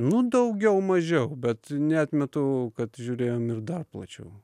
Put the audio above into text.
nu daugiau mažiau bet neatmetu kad žiūrėjom ir dar plačiau